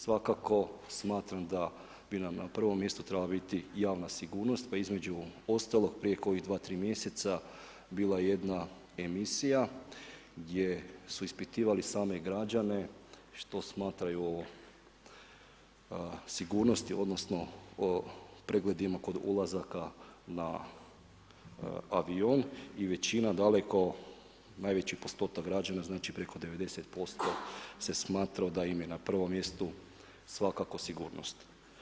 Svakako smatram, da bi nam na prvom mjestu trebala biti javna sigurnost, pa između ostalog prije kojih 2, 3 mjeseca, bila jedna emisija, gdje su ispitivali same građane što smatraju o sigurnosti, odnosno, o pregledima kod ulazaka na avion i većina daleko, najveći postotak građana, znači preko 90% se smatrao, da im je na pravom mjestu svakako sigurnost.